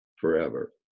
forever